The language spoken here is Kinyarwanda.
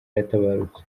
yatabarutse